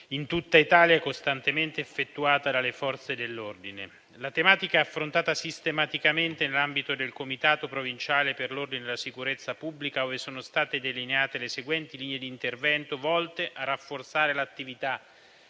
in tutta Italia, sono costantemente effettuate dalle Forze dell'ordine. La tematica è affrontata sistematicamente nell'ambito del Comitato provinciale per l'ordine la sicurezza pubblica, ove sono state delineate le seguenti linee di intervento volte a rafforzare l'attività